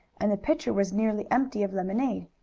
and the pitcher was nearly empty of lemonade.